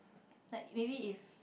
like maybe if